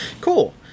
cool